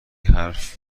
حروف